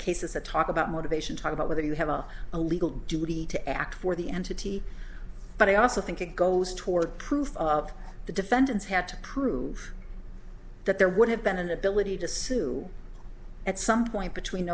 cases that talk about motivation talk about whether you have a a legal duty to act for the entity but i also think it goes toward proof of the defendants have to prove that there would have been an ability to sue at some point between